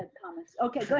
and comment. okay, so